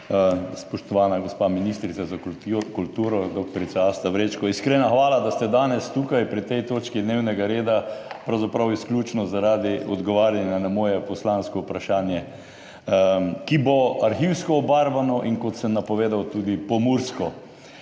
Spoštovana gospa ministrica za kulturodr. Asta Vrečko! Iskrena hvala, da ste danes tukaj pri tej točki dnevnega reda, pravzaprav izključno zaradi odgovarjanja na moje poslansko vprašanje, ki bo arhivsko obarvano in, kot sem napovedal, tudi pomursko.